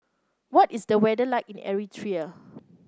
what is the weather like in Eritrea